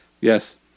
Yes